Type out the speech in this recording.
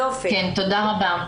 תודה רבה.